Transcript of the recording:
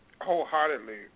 wholeheartedly